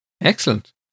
excellent